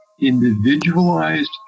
individualized